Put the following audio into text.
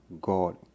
God